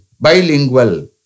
Bilingual